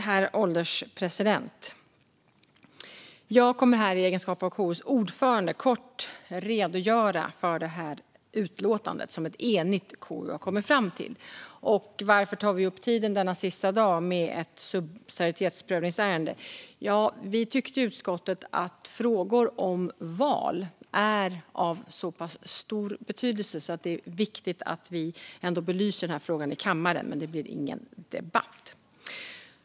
Herr ålderspresident! Jag kommer här, i egenskap av KU:s ordförande, att kort redogöra för detta utlåtande, som ett enigt KU har kommit fram till. Varför tar vi upp tid denna sista dag med ett subsidiaritetsprövningsärende? Jo, vi i utskottet tycker att frågor om val är av så pass stor betydelse att det är viktigt att vi belyser frågan i kammaren, men det blir ingen debatt.